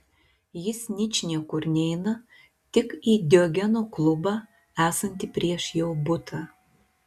jis ničniekur neina tik į diogeno klubą esantį prieš jo butą